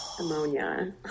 ammonia